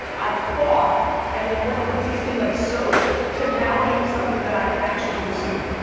i fought and it went from tasting like soap to now being something that i can actually consume.